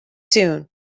soon